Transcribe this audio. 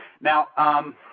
Now